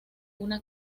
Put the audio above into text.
una